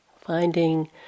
Finding